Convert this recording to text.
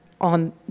on